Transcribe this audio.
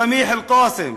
סמיח אלקאסם